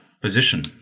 position